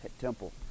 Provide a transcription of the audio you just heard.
temple